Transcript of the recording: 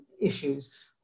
issues